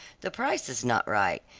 the price is not right.